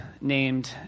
named